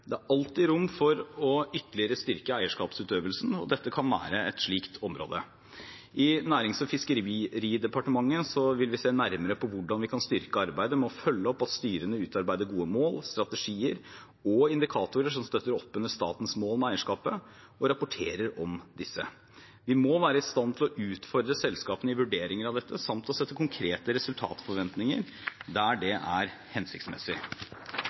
Det er alltid rom for ytterligere å styrke eierskapsutøvelsen, og dette kan være et slikt område. I Nærings- og fiskeridepartementet vil vi se nærmere på hvordan vi kan styrke arbeidet med å følge opp at styrene utarbeider gode mål, strategier og indikatorer som støtter opp under statens mål med eierskapet, og rapporterer om disse. Vi må være i stand til å utfordre selskapene i vurderinger av dette samt å sette konkrete resultatforventninger der det er hensiktsmessig.